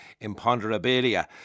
Imponderabilia